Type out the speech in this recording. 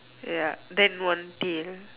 ya then one tail